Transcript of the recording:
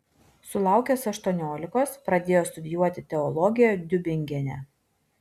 sulaukęs aštuoniolikos pradėjo studijuoti teologiją tiubingene